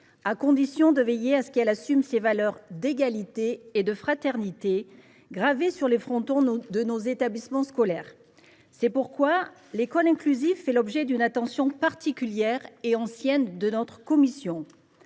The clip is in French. à condition de veiller à faire en sorte qu’elle assume ces valeurs d’égalité et de fraternité gravées sur les frontons de nos établissements scolaires. C’est pourquoi l’école inclusive fait l’objet d’une attention particulière et ancienne de notre commission.